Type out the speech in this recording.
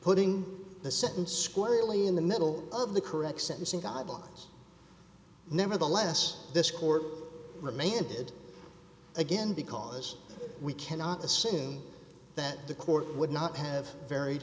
putting the sentence squarely in the middle of the correct sentencing guidelines nevertheless this court remanded again because we cannot assume that the court would not have varied